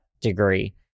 degree